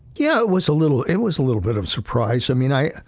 yeah, it was a little, it was a little bit of surprise. i mean, i,